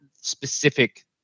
specific